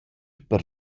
per